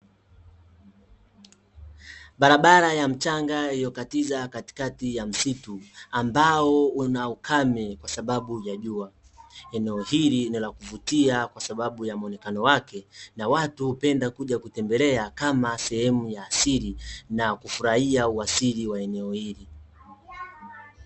Barabara ya mchanga, iliyokatiza katikati ya msitu, ambao una ukame kwa sababu ya jua. Eneo hili, ni la kuvutia kwa sababu ya muonekano wake, na watu hupenda kuja kutembelea, kama sehemu ya asili, na kufurahia uasili wa eneo hili.